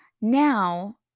Now